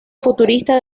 futurista